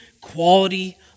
quality